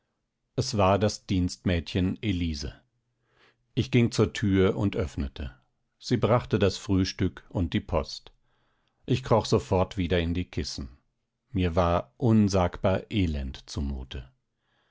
es war das dienstmädchen elise ich ging zur tür und öffnete sie brachte das frühstück und die post ich kroch sofort wieder in die kissen mir war unsagbar elend zumute